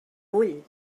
vull